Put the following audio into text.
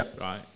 right